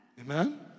Amen